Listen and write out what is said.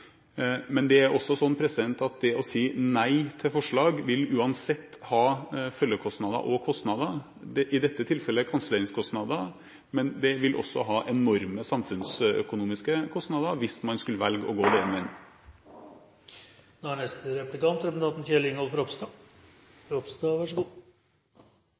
men det er også slik at det å si nei til forslag uansett vil ha følgekostnader og kostnader – i dette tilfellet kanselleringskostnader. Men det vil også ha enorme samfunnsøkonomiske kostnader hvis man skulle velge å gå